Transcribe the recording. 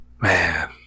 Man